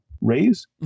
raise